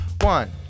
One